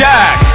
Jack